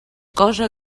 cosa